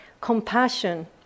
compassion